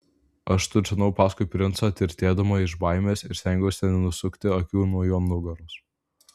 aš tursenau paskui princą tirtėdama iš baimės ir stengiausi nenusukti akių nuo jo nugaros